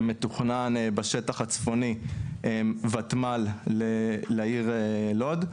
שמתוכנן בשטח הצפוני ותמ"ל לעיר לוד,